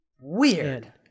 Weird